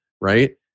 right